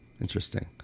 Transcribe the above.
Interesting